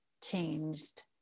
changed